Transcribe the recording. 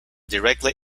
directly